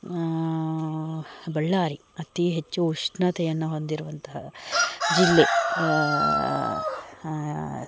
ಬಳ್ಳಾರಿ ಅತೀ ಹೆಚ್ಚು ಉಷ್ಣತೆಯನ್ನು ಹೊಂದಿರುವಂತಹ ಜಿಲ್ಲೆ